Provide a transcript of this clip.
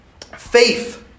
faith